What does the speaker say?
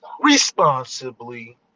Responsibly